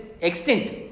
extinct